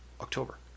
October